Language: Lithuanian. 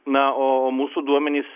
na o mūsų duomenys